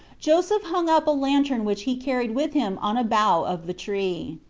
joseph hung up a lantern which he carried with him on a bough of the tree.